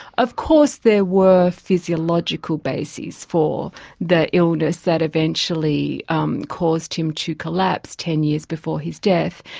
of course there were physiological bases for the illness that eventually um caused him to collapse ten years before his death,